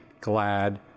glad